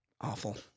Awful